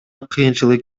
кыйынчылык